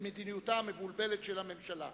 מדיניותה המבולבלת של הממשלה.